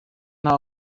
nta